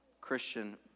Christian